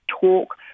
talk